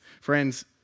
Friends